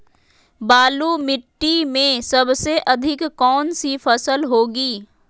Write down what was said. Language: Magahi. बालू मिट्टी में सबसे अधिक कौन सी फसल होगी?